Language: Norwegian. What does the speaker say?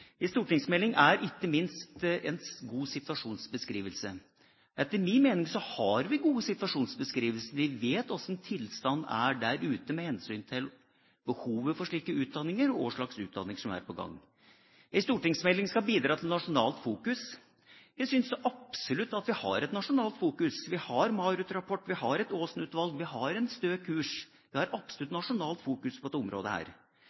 stortingsmelding er ikke minst en god situasjonsbeskrivelse. Etter min mening har vi gode situasjonsbeskrivelser. Vi vet hvordan tilstanden er der ute med hensyn til behovet for slike utdanninger og hva slags utdanninger som er på gang. En stortingsmelding skal bidra til nasjonalt fokus. Jeg syns så absolutt at vi har et nasjonalt fokus. Vi har MARUT-rapport, vi har Aasen-utvalget, vi har Stø kurs. Det er absolutt